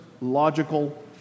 logical